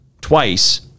twice